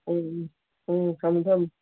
ꯎꯝ ꯎꯝ ꯊꯝꯃꯦ ꯊꯝꯃꯦ